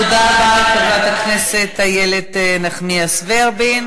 תפרשי בשיא.